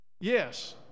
Yes